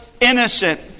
innocent